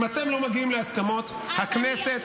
אם אתם לא מגיעים להסכמות, הכנסת